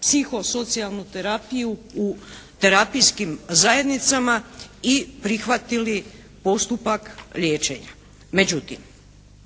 psihosocijalnu terapiju u terapijskim zajednicama i prihvatili postupak liječenja.